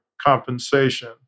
compensation